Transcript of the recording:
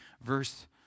Verse